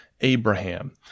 Abraham